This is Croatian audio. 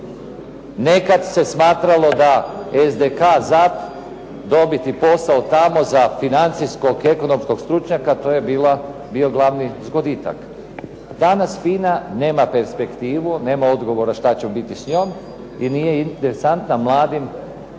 Nekad se smatralo da "SDK"-a, "ZAP" dobiti posao tamo za financijskog ekonomskog stručnjaka to je bio glavni zgoditak. Danas "FINA" nema perspektivu, nema odgovora šta će biti s njom i nije interesantna mladim